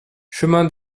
chemin